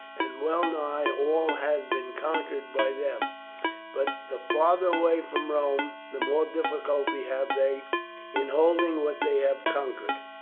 and well nigh all has been conquered by them but the farther away from rome the more difficulty have they in holding what they have conquered.